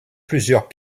plusieurs